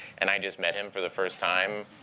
and i just met him for the first time,